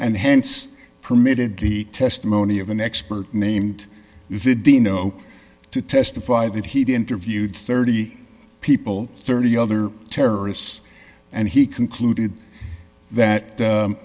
hence permitted the testimony of an expert named the dino to testify that he interviewed thirty people thirty other terrorists and he concluded that